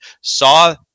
saw